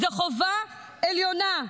זאת חובה עליונה".